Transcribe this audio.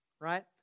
right